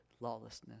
lawlessness